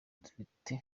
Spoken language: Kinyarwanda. dufite